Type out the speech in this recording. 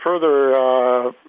further